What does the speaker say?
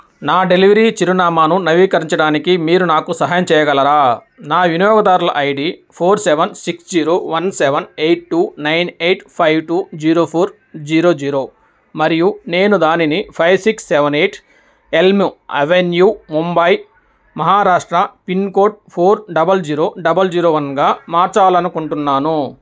నా డెలివెరీ చిరునామాను నవీకరించడానికి మీరు నాకు సహాయం చేయగలరా నా వినియోగదారుల ID four seven six zero one seven eight two nine eight five two zero four zero zero మరియు నేను దానిని five six seven eight elm avenue Mumbai Maharashtra pincode four double zero double zero వన్గా మార్చాలనుకుంటున్నాను